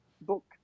book